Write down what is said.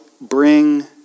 bring